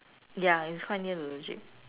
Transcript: ya is quite near to the jeep